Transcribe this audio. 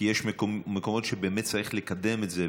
כי יש מקומות שבאמת צריך לקדם את זה,